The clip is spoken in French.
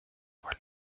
voit